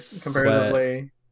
comparatively